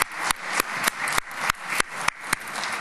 (מחיאות כפיים)